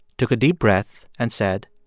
took a deep breath and said,